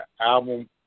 album